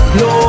no